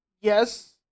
Yes